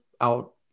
out